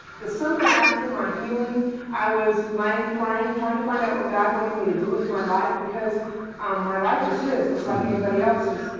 the summer after my healing i was and praying, trying to find out what god wanted me to do with my life because um my life is his just like anybody else's.